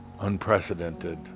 unprecedented